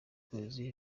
kwezi